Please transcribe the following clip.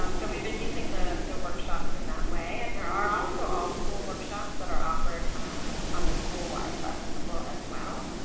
um so we've been using the workshops in that way and there are also all-school workshops that are offered on the school-wide but level as well.